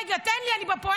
רגע, תן לי, אני בפואנטה.